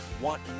want